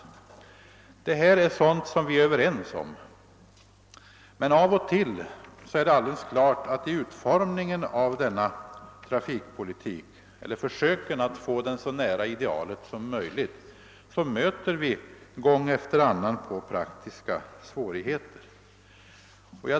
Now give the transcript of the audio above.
Detta är sådant som vi är överens om. Men när vi försöker få denna trafikpolitik så nära idealet som möjligt stöter vi naturligtvis gång efter annan på praktiska svårigheter.